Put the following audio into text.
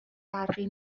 فرقی